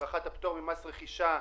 לגבי הארכת הפטור ממס רכישה,